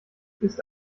ist